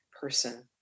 person